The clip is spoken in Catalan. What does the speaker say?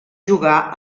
jugar